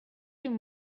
him